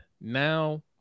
now